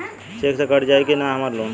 Check से cut जाई की ना हमार लोन?